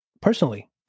personally